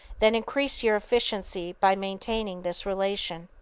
then increase your efficiency by maintaining this relation.